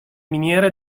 miniere